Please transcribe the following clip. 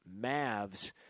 Mavs